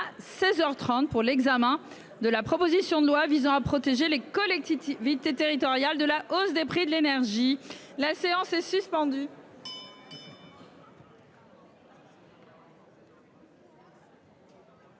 16h 30 pour l'examen de la proposition de loi visant à protéger les collectivités territoriales de la hausse des prix de l'énergie, la séance est suspendue.